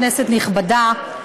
כנסת נכבדה,